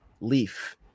leaf